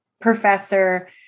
professor